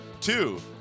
Two